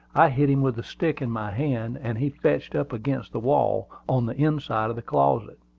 i hit him with the stick in my hand and he fetched up against the wall, on the inside of the closet.